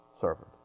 servant